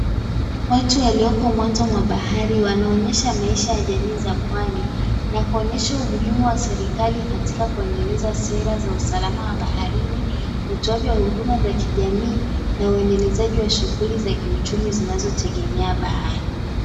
Watu walioko mwanzo wa bahari wanaonyesha maisha ya jamii za pwani. Na kuonyesha umuhimu wa serikali katika kuendeleza sera za usalama wa baharini, utoaji wa huduma za kijamii, na uendelezaji wa shughuli za kiuchumi zinazotegemea bahari.